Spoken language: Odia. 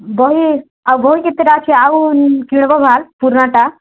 ବହି ଆଉ ବହି କେତେଟା ଅଛି ଆଉ କିଣିବ ଭଲ୍ ପୁରୁଣାଟା